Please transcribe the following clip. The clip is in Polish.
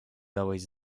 dałeś